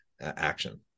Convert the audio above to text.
action